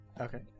Okay